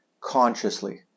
consciously